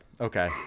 okay